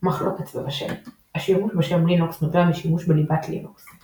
מחלוקת סביב השם השימוש בשם לינוקס נובע משימוש בליבת לינוקס.